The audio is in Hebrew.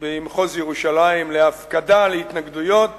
במחוז ירושלים להפקדה להתנגדויות